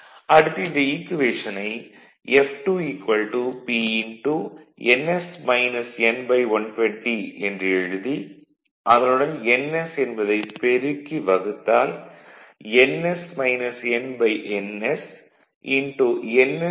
அடுத்து இந்த ஈக்குவேஷனை f2 P ns - n120 என்று எழுதி அதனுடன் ns என்பதை பெருக்கி வகுத்தால் ns nns